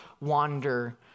wander